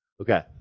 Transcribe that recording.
Okay